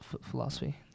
philosophy